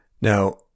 Now